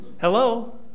Hello